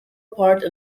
part